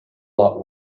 lot